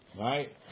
right